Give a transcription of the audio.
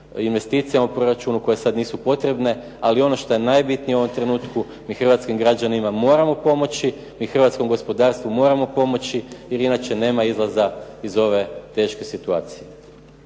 investicijama u proračunu koje sad nisu potrebne. Ali ono što je najbitnije u ovom trenutku mi hrvatskim građanima moramo pomoći, mi hrvatskom gospodarstvu moramo pomoći jer inače nema izlaza iz ove teške situacije.